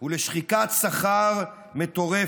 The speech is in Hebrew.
ולשחיקת שכר מטורפת.